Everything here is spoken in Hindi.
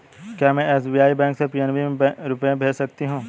क्या में एस.बी.आई बैंक से पी.एन.बी में रुपये भेज सकती हूँ?